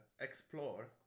explore